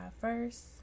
first